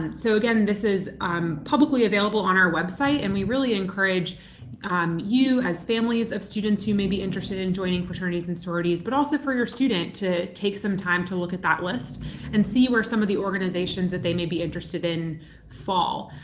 and so again this is um publicly available on our website, and we really encourage um you as families of students who may be interested in joining fraternities and sororities, but also for your student, to take some time to look at that list and see where some of the organizations that they may be interested in fall.